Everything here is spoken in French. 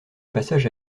passage